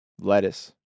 Lettuce